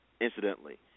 incidentally